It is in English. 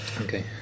Okay